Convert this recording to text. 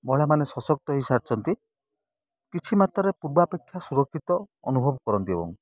ମହିଳାମାନେ ସଶକ୍ତ ହେଇସାରିଛନ୍ତି କିଛି ମାତ୍ରାରେ ପୂର୍ବାପେକ୍ଷା ସୁରକ୍ଷିତ ଅନୁଭବ କରନ୍ତି ଏବଂ